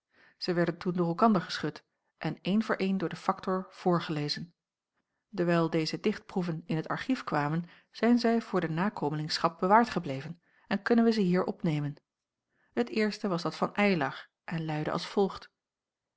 zij werden toen door elkander geschud en een voor een door den factor voorgelezen dewijl deze dichtproeven in t archief kwamen zijn zij voor de nakomelingschap bewaard gebleven en kunnen wij ze hier opnemen het eerste was dat van eylar en luidde als volgt